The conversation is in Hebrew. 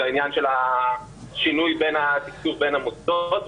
העניין של שינוי התקצוב בין המוסדות,